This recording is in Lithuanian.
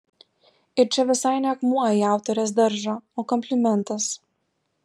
ir čia visai ne akmuo į autorės daržą o komplimentas